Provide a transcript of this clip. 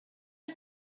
are